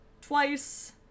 twice